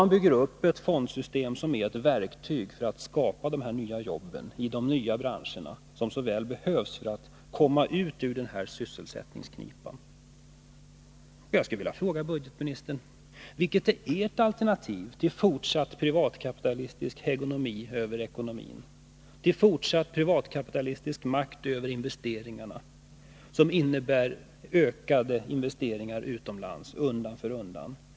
Man bygger upp ett fondsystem, som blir ett verktyg när det gäller att skapa nya jobb i nya branscher. Det behövs ju så väl, om vi skall kunna komma ut ur nuvarande sysselsättningsknipa. Jag skulle vilja fråga ekonomioch budgetministern: Vilket är ert alternativ till fortsatt privatkapitalistisk hegemoni över ekonomin och till fortsatt privatkapitalistisk makt över investeringarna, något som innebär ökade investeringar undan för undan utomlands?